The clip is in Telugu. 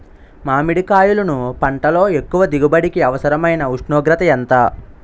మామిడికాయలును పంటలో ఎక్కువ దిగుబడికి అవసరమైన ఉష్ణోగ్రత ఎంత?